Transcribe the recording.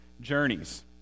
journeys